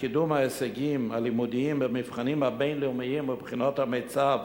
קידום ההישגים הלימודיים במבחנים הבין-לאומיים ובחינות המיצ"ב